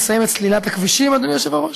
נא לסיים את סלילת הכבישים, אדוני היושב-ראש?